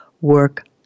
work